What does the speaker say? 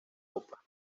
popa